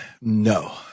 No